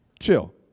Chill